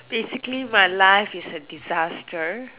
basically my life is a disaster